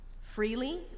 Freely